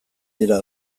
dira